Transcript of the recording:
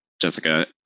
Jessica